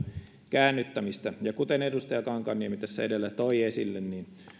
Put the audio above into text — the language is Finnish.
käännyttämistä ja kuten edustaja kankaanniemi tässä edellä toi esille tämä